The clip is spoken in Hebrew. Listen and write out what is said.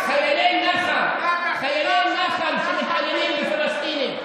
חיילי נח"ל שמקללים פלסטינים,